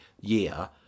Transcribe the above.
year